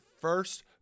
first